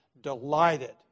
delighted